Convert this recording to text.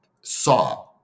saw